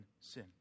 sin